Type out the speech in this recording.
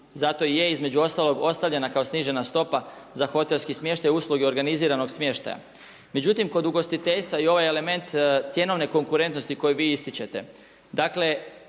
Zato i je između ostalog ostavljena kao snižena stopa za hotelski smještaj, usluge organiziranog smještaja. Međutim, kod ugostiteljstva i ovaj element cjenovne konkurentnosti koji vi ističete,